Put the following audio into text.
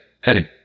Heading